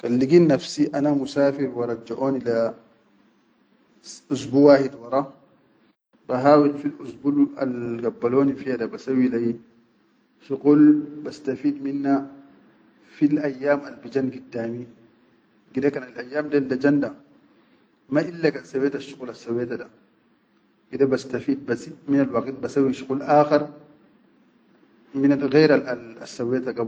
Kan ligid nafsi ana musafir wa rajjaʼani le usbu wahid wara, bahawil fil usbul gabbaloni fiya da bassawwi fil usbul gabbaloni fiya da basawwi lai shuqul bastafid minna fil ayyam albijan giddami, gide kan alyyam del da jan da ma illa kan sawwetasshuqul assawweta da gide bastafeed bazid minal waqit basawwai shuqul akhair qairal al sawweta.